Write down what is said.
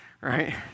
right